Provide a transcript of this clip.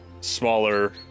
smaller